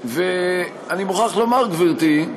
ואני מוכרח לומר, גברתי,